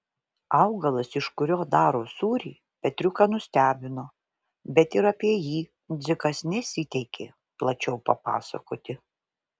augalas iš kurio daro sūrį petriuką nustebino bet ir apie jį dzikas nesiteikė plačiau papasakoti